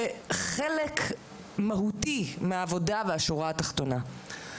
זה חלק מהותי מהעבודה בשורה התחתונה.